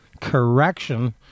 correction